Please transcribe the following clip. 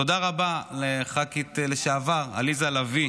תודה רבה לח"כית לשעבר עליזה לביא,